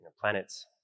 planet's